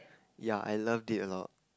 ya I loved it a lot